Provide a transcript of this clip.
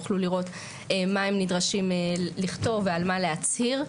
תוכלו לראות מה הם נדרשים לכתוב ועל מה להצהיר.